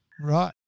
Right